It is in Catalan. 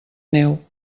neu